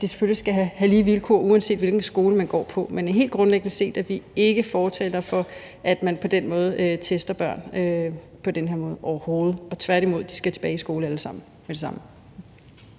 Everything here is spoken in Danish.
der skal være lige vilkår, uanset hvilken skole man går på. Men helt grundlæggende set er vi ikke fortalere for, at man på den måde tester børn, overhovedet ikke. Tværtimod synes vi, at de alle sammen